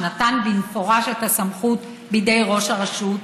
שנתן במפורש את הסמכות בידי ראש הרשות,